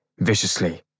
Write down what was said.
viciously